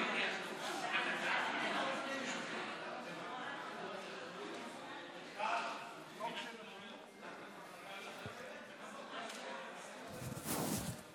להעביר את הצעת חוק לתיקון פקודת מס הכנסה (הטבות מס ליישובים),